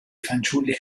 fanciulli